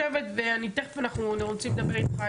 תיכף אנחנו רוצים לדבר איתך,